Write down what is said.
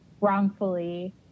wrongfully